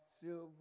silver